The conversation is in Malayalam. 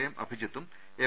എം അഭിജിത്തും എം